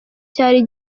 cyari